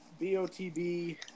BOTB